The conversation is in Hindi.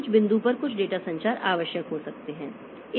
कुछ बिंदु पर कुछ डेटा संचार आवश्यक हो सकते हैं